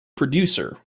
producer